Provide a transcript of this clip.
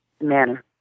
manner